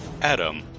Adam